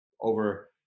over